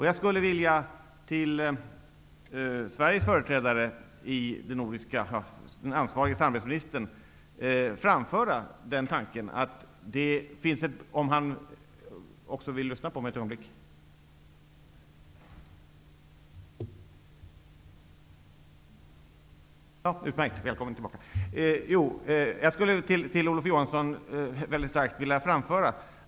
Jag skulle vilja framföra till den ansvarige samarbetsminstern tanken -- om han vill lyssna på mig ett ögonblick, utmärkt, välkommen tillbaka!